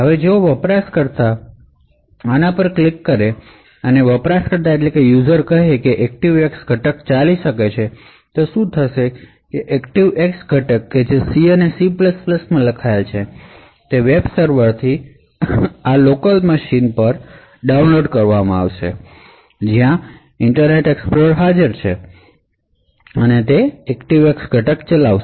હવે જો યુઝર આના પર ક્લિક કરે છે અને યુઝર કહે છે કે ActiveX ઘટક ચાલી શકે છે તો શું થશે ActiveX ઘટક કે જે C અને C માં લખાયેલ છે તે વેબ સર્વર થી આ લોકલ મશીન પર ડાઉનલોડ કરવામાં આવશે જ્યાં આ ઇન્ટરનેટ એક્સપ્લોરર હાજર છે અને તે ActiveX ઘટક ચલાવશે